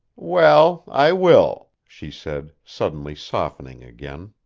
well, i will, she said, suddenly softening again.